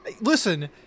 Listen